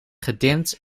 gedimd